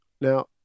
Now